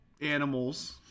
animals